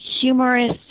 humorous